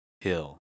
Hill